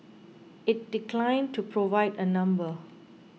it declined to provide a number